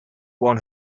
one